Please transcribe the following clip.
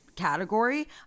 category